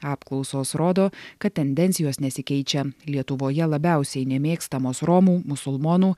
apklausos rodo kad tendencijos nesikeičia lietuvoje labiausiai nemėgstamos romų musulmonų